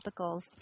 Tropicals